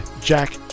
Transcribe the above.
Jack